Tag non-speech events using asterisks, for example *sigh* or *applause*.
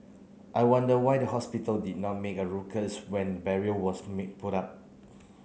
I wonder why the hospital did not make a *unintelligible* when barrier was *unintelligible* put up